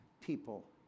people